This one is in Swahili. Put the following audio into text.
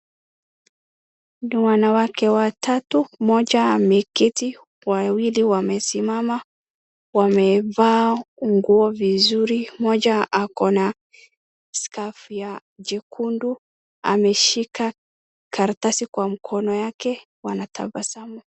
Wanawake watatu. Mmoja ameketi wawili wamesimama, wamevaa nguo vizuri. Mmoja akona scarf nyekundu ameshika karatasi kwa mkono wake. wanatabasamu.